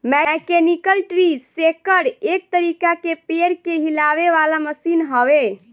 mechanical tree shaker एक तरीका के पेड़ के हिलावे वाला मशीन हवे